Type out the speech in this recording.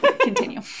Continue